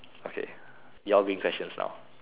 okay you all bring questions now